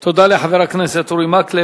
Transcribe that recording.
תודה לחבר הכנסת אורי מקלב.